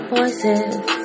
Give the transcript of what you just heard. voices